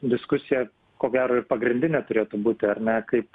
diskusija ko gero ir pagrindinė turėtų būti ar ne kaip